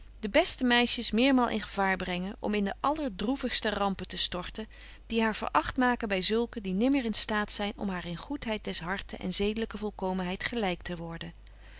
de beste meisjes meermaal in gevaar brengen om in de allerdroevigste rampen te storten die haar veracht maken by zulken die nimmer in staat zyn om haar in goedheid des harten en zedelyke volkomenheid gelyk te worden